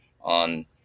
on